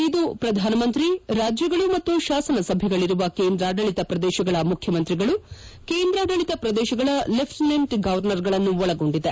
ಇದು ಪ್ರಧಾನಮಂತ್ರಿ ರಾಜ್ಗಳು ಮತ್ತು ಶಾಸನಸಭೆಗಳಿರುವ ಕೇಂದ್ರಾಡಳಿತ ಪ್ರದೇಶಗಳ ಮುಖ್ಯಮಂತ್ರಿಗಳು ಕೇಂದ್ರಾಡಳಿತ ಪ್ರದೇಶಗಳ ಲೆಖ್ಲಿನೆಂಟ್ ಗೌರ್ನರ್ ಗಳನ್ನು ಒಳಗೊಂಡಿದೆ